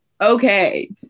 Okay